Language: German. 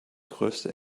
größte